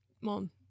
Mom